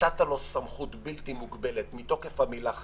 נתת לו סמכות בלתי מוגבלת מתוקף המילה 'חירום'